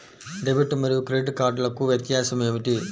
Debit మరియు credit కార్డ్లకు వ్యత్యాసమేమిటీ?